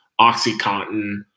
Oxycontin